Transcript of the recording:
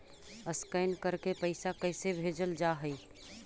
Scan करके पैसा कैसे भेजल जा हइ?